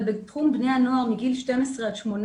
אבל בתחום בני הנוער מגיל 12 עד 18